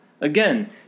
Again